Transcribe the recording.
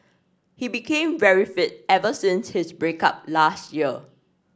he became very fit ever since his break up last year